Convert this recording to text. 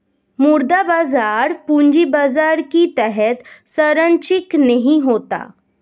मुद्रा बाजार पूंजी बाजार की तरह सरंचिक नहीं होता